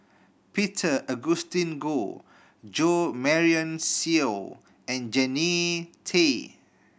Peter Augustine Goh Jo Marion Seow and Jannie Tay